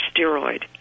steroid